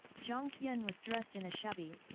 jiang tian was dressed in a shabby,